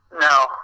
No